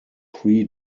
pre